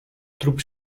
trup